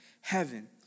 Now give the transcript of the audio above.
heaven